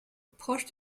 proche